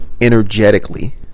Energetically